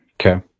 Okay